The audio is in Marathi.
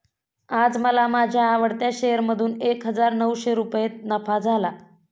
आज मला माझ्या आवडत्या शेअर मधून एक हजार नऊशे रुपये नफा झाला